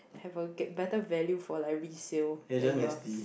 have a get better value for like resale than yours